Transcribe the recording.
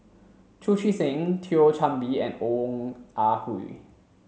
Chu Chee Seng Thio Chan Bee and Ong Ah Hoi